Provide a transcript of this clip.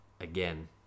again